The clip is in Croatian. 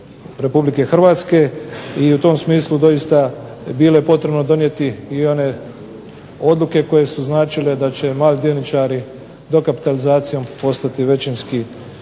Republike Hrvatske i u tom smislu doista bilo je potrebno donijeti i one odluke koje su značile da će mali dioničari dokapitalizacijom postati većinski vlasnici